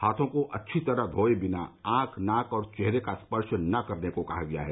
हाथों को अच्छी तरह धोए बिना आंख नाक और चेहरे का स्पर्श न करने को कहा गया है